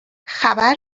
خبر